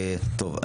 טוב,